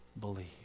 believe